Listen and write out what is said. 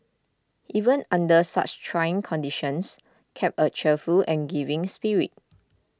even under such trying conditions kept a cheerful and giving spirit